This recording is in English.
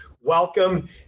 welcome